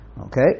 Okay